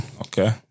Okay